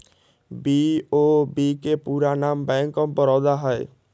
BOB के पूरे नाम बैंक ऑफ बड़ौदा हइ